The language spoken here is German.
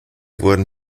wurden